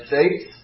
States